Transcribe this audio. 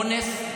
אונס.